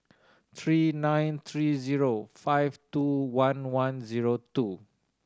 three nine three zero five two one one zero two